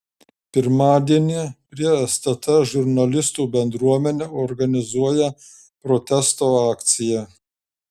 pirmadienį prie stt žurnalistų bendruomenė organizuoja protesto akciją